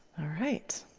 all right.